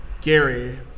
Gary